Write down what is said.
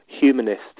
humanist